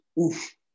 oof